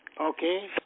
Okay